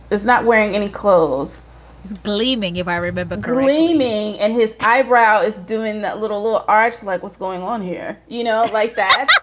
it's not wearing any clothes. he's gleaming. if i remember grimmy and his eyebrow is doing a little little art like what's going on here? you know, like that.